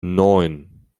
neun